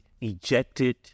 ejected